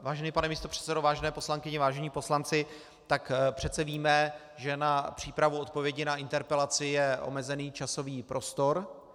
Vážený pane místopředsedo, vážené poslankyně, vážení poslanci, přece víme, že na přípravu odpovědi na interpelaci je omezený časový prostor.